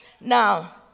Now